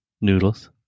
Noodles